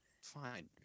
Fine